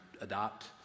adopt